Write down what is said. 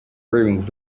wearing